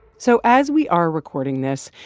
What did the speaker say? so as we are recording this,